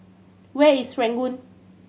where is Serangoon